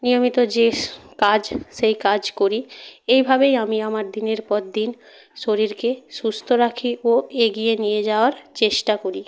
নিয়মিত যে কাজ সেই কাজ করি এইভাবেই আমি আমার দিনের পর দিন শরীরকে সুস্থ রাখি ও এগিয়ে নিয়ে যাওয়ার চেষ্টা করি